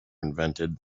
invented